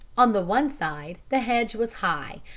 on the one side the hedge was high,